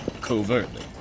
Covertly